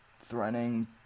threatening